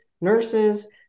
nurses